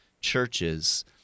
churches